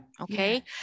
Okay